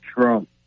Trump